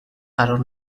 قرار